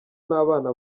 n’abana